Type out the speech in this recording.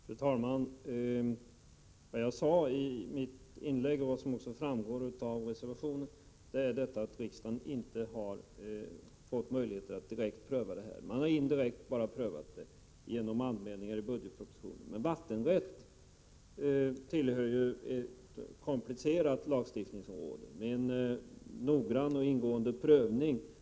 Fru talman! Vad jag sade i mitt inlägg, vilket även framgår av reservationen, är att riksdagen inte har fått möjligheter att direkt pröva ett nytt alternativ. Detta har bara prövats indirekt genom anmälningar i budgetpropositionen. Men vattenrätt är ett komplicerat lagstiftningsområde som innebär en noggrann och ingående prövning.